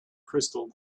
crystal